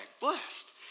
blessed